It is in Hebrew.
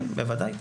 כן, בוודאי.